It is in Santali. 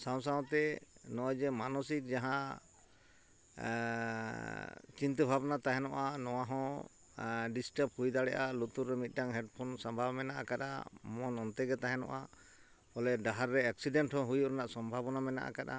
ᱥᱟᱶ ᱥᱟᱶᱛᱮ ᱱᱚᱜᱼᱚᱭ ᱡᱮ ᱢᱟᱱᱚᱥᱤᱠ ᱡᱟᱦᱟᱸ ᱪᱤᱱᱛᱟᱹ ᱵᱷᱟᱵᱽᱱᱟ ᱛᱟᱦᱮᱱᱚᱜᱼᱟ ᱱᱚᱣᱟ ᱦᱚᱸ ᱰᱤᱥᱴᱟᱵᱽ ᱦᱩᱭ ᱫᱟᱲᱮᱜᱼᱟ ᱞᱩᱛᱩᱨ ᱨᱮ ᱢᱤᱫᱴᱟᱝ ᱦᱮᱰᱯᱷᱳᱱ ᱥᱟᱢᱵᱟᱣ ᱢᱮᱱᱟ ᱟᱠᱟᱫᱼᱟ ᱢᱚᱱ ᱚᱱᱛᱮᱜᱮ ᱛᱟᱦᱮᱱᱚᱜᱼᱟ ᱵᱚᱞᱮ ᱰᱟᱦᱟᱨ ᱨᱮ ᱮᱠᱥᱤᱰᱮᱱᱴ ᱦᱚᱸ ᱦᱩᱭᱩᱜ ᱨᱮᱱᱟᱜ ᱥᱚᱢᱵᱷᱟᱵᱚᱱᱟ ᱢᱮᱱᱟ ᱟᱠᱟᱫᱼᱟ